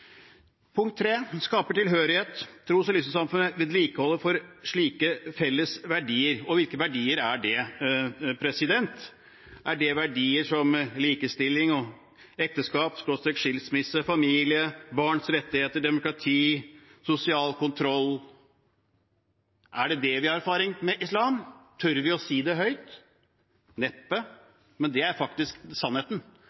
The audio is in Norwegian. skaper tilhørighet. Tros- og livssynssamfunn er «vedlikeholdere» av slike fellesverdier.» Hvilke verdier er det? Er det verdier som likestilling, ekteskap/skilsmisse, familie, barns rettigheter, demokrati og sosial kontroll? Er det dette vi har erfaring med fra islam? Tør vi å si det høyt?